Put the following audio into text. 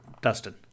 Dustin